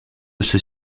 ceux